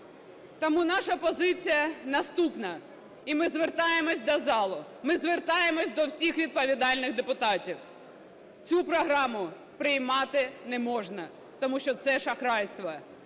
Тому наша позиція наступна. І ми звертаємося до залу, ми звертаємося до всіх відповідальних депутатів, цю програму приймати не можна, тому що це шахрайство,